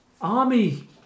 army